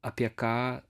apie ką